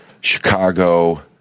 Chicago